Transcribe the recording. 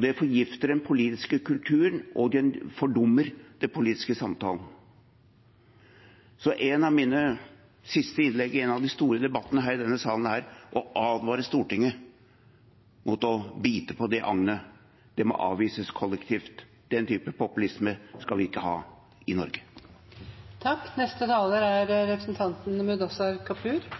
Det forgifter den politiske kulturen, og det fordummer den politiske samtalen. Et av mine siste innlegg i en av de store debattene her i denne salen er å advare Stortinget mot å bite på det agnet. Det må avvises kollektivt. Den typen populisme skal vi ikke ha i Norge. Når representanten Kolberg selv sier at